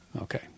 Okay